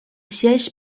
siège